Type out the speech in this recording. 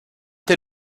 tel